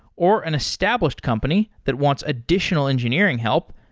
or an established company that wants additional engineering help,